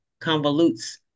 convolutes